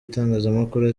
itangazamakuru